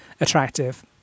attractive